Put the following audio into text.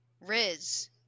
Riz